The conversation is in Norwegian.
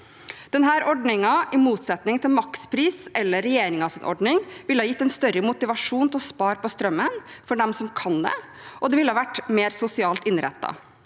Denne ordningen, i motsetning til makspris eller regjeringens ordning, ville ha gitt en større motivasjon til å spare på strømmen for dem som kan det, og det ville ha vært mer sosialt innrettet.